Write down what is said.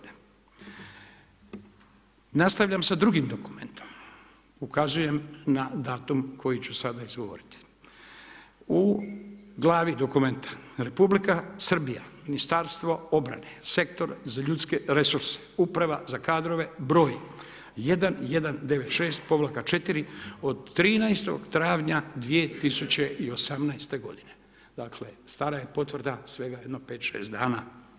Nastavljam sa drugim dokumentom, ukazujem na datum koji ću sada izgovoriti, u glavi dokumenta Republika Srbija, Ministarstvo obrane, Sektor za ljudske resurse, Uprava za kadrove, broj 1196-4 od 13. travnja 2018. g. Dakle, stara je potvrda svega jedno 5, 6 dana.